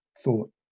thought